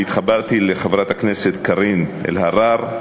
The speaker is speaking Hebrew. שהתחברתי בו לחברת הכנסת קארין אלהרר,